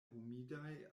humidaj